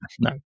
no